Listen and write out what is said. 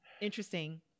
interesting